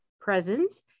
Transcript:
presence